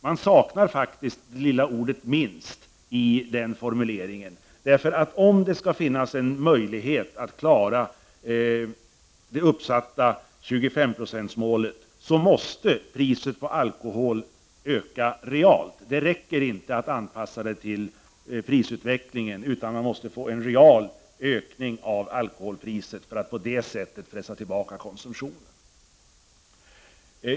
Man saknar faktiskt det lilla ordet ”minst” i formuleringen. Om det skall finnas en möjlighet att klara det uppsatta 25-procentsmålet måste priset på alkohol öka realt. Det räcker inte att det anpassas till prisutvecklingen. Det måste bli en real ökning av alkoholpriset så att man på det sättet kan pressa tillbaka konsumtionen.